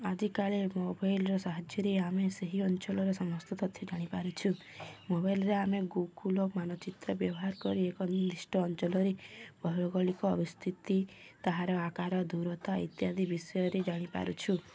ଆଜିକାଲି ମୋବାଇଲର ସାହାଯ୍ୟରେ ଆମେ ସେହି ଅଞ୍ଚଳରେ ସମସ୍ତ ତଥ୍ୟ ଜାଣିପାରୁଛୁ ମୋବାଇଲରେ ଆମେ ଗୁଗୁଲ୍ ମାନଚିତ୍ର ବ୍ୟବହାର କରି ଏକ ନିର୍ଦ୍ଧିଷ୍ଟ ଅଞ୍ଚଲରେ ଭୌଗୋଳିକ ଅବସ୍ଥିତି ତାହାର ଆକାର ଦୂରତା ଇତ୍ୟାଦି ବିଷୟରେ ଜାଣିପାରୁଛୁ